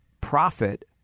profit